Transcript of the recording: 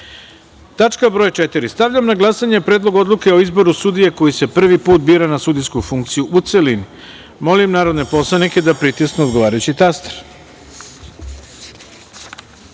reda. Stavljam na glasanje Predlog odluke o izboru sudija koji se prvi put bira na sudijsku funkciju, u celini. Molim narodne poslanike da pritisnu odgovarajući